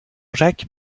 jacques